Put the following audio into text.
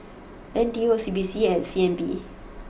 N T U O C B C and C N B